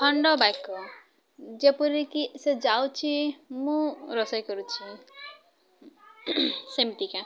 ଖଣ୍ଡ ବାକ୍ୟ ଯେପରିକି ସେ ଯାଉଛି ମୁଁ ରୋଷେଇ କରୁଛି ସେମିତିକା